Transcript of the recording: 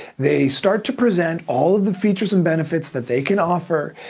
they start to present all of the features and benefits that they can offer,